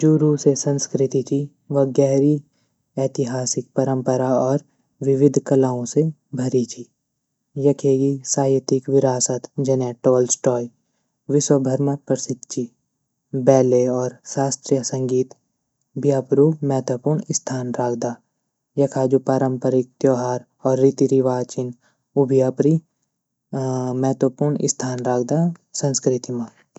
जू रुस ए संस्कृति ची उ गहरी, ऐतिहासिक, परंपरा और विविद कलाऊँ से भरी ची यखे गी साहितिक विरासत जने टोलस्टॉय विश्वभर म प्रसिद्ध ची बैले और शास्त्रीय संगीत भी अपरू महत्वपूर्ण स्थान राख़दा यखा जू पारंपरिक त्योहार और रीतिरिवाज छीन उ भी अपरि महत्वपूर्ण स्थान राखदा संस्कृति म।